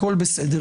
הכול בסדר.